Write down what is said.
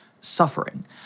suffering